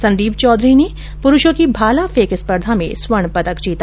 संदीप चौधरी ने पुरूषों की भाला फेंक स्पर्धा में स्वर्ण पदक जीता